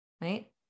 right